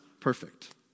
perfect